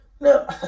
No